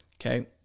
Okay